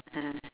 (uh huh)